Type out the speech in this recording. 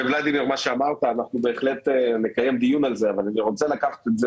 ולדימיר מה שאמרת - נקיים דיון על זה אבל אני רוצה לקחת את זה